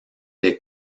des